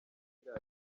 kiriya